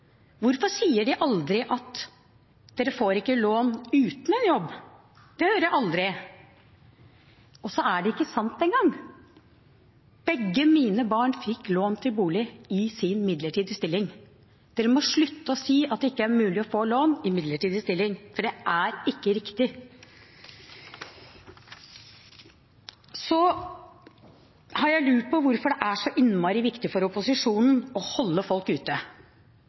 Hvorfor sier de aldri at man ikke får lån uten en jobb? Det hører jeg aldri – og så er det ikke sant engang. Begge mine barn fikk lån til bolig i sine midlertidige stillinger. Man må slutte å si at det ikke er mulig å få lån i midlertidig stilling, for det er ikke riktig. Så har jeg lurt på hvorfor det er så innmari viktig for opposisjonen å holde folk ute.